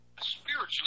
spiritually